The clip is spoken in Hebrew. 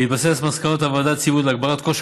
בהתבסס על מסקנות הוועדה הציבורית להגברת כושר